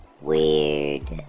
weird